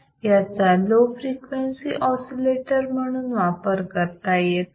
याचा low frequency oscillator म्हणून वापर करता येत नाही